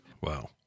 Wow